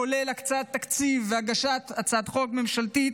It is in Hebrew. כולל הקצאת תקציב והגשת הצעת חוק ממשלתית